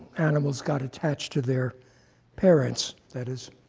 animals got attached to their parents that is,